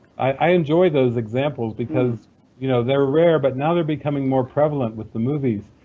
i enjoy those examples because you know they're rare, but now they're becoming more prevalent with the movies.